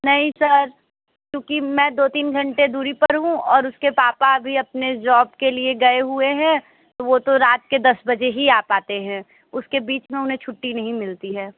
नहीं सर क्योंकि मैं दो तीन घंटे दूरी पर हूँ और उसके पापा भी अपने जॉब के लिए गए हुए हैं तो वो तो रात के दस बजे ही आ पाते हैं उसके बीच में उन्हें छुट्टी नहीं मिलती है